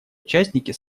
участники